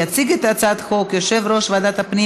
יציג את הצעת החוק יושב-ראש ועדת הפנים